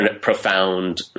profound